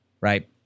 right